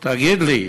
תגיד לי,